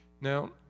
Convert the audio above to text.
Now